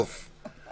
אנחנו